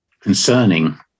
concerning